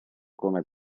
coma